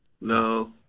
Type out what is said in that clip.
no